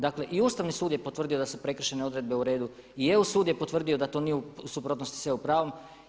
Dakle i Ustavni sud je potvrdio da su prekršajne odredbe uredu i EU sud je potvrdio da to nije u suprotnosti s EU pravom.